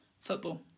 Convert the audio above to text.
Football